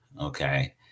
okay